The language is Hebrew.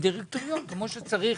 כמו כן דירקטוריון כמו שצריך,